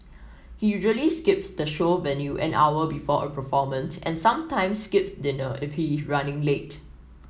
he usually skips the show venue an hour before a performance and sometimes skips dinner if he is running late